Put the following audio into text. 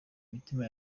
mitima